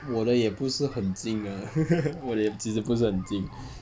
我的也不是很近 ah 我的也其实不是很近